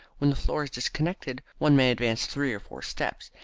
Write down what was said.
when the floor is disconnected one may advance three or four steps,